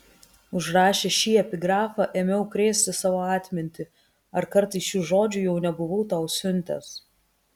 užrašęs šį epigrafą ėmiau krėsti savo atmintį ar kartais šių žodžių jau nebuvau tau siuntęs